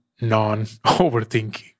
non-overthinking